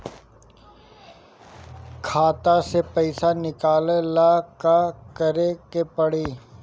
खाता से पैसा निकाले ला का करे के पड़ी?